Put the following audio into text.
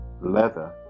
leather